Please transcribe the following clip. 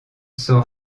sont